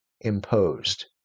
imposed